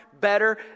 better